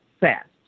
fast